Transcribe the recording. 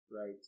right